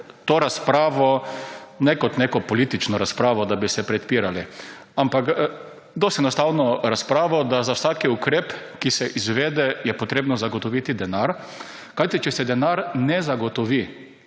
to razpravo ne kot neko politično razpravo, da bi se prepirali, ampak dosti enostavno razpravo, da za vsaki ukrep, ki se izvede, je potrebno zagotoviti denar, kajti, če se denar ne zagotovi